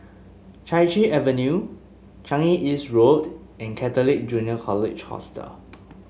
Chai Chee Avenue Changi East Road and Catholic Junior College Hostel